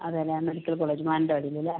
അതേലേ medical college മാനന്തവാടീലല്ലേ